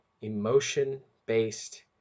Emotion-based